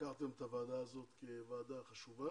לקחתם את הוועדה הזאת כוועדה חשובה